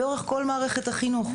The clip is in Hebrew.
לאורך כל מערכת החינוך,